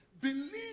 believe